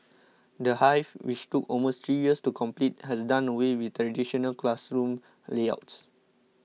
the Hive which took almost three years to complete has done away with traditional classroom layouts